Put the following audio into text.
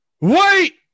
wait